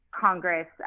Congress